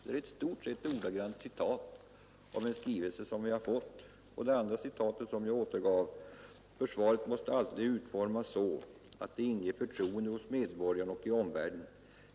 Det är i stort sett ett ordagrant citat ur en skrivelse som vi har fått. Det andra citatet som jag återgav var även det hämtat från en skrivelse som vi i utskottet har fått: ”Försvaret måste alltid utformas så att det inger förtroende hos medborgarna och i omvärlden.